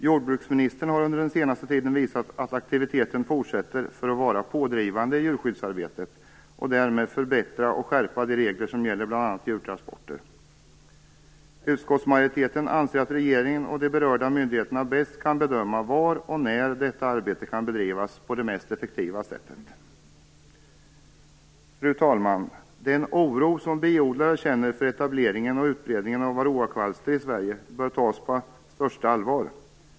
Jordbruksministern har under den senaste tiden visat att aktiviteten fortsätter för att vi skall vara pådrivande i djurskyddsarbetet och därmed förbättra och skärpa de regler som gäller bl.a. djurtransporter. Utskottsmajoriteten anser att regeringen och de berörda myndigheterna bäst kan bedöma var och när detta arbete kan bedrivas på det mest effektiva sättet. Fru talman! Den oro som biodlare känner för etableringen och utbredningen av varroakvalster i Sverige bör tas på största allvar.